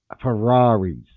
Ferraris